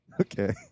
Okay